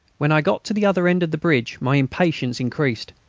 when i got to the other end of the bridge my impatience increased.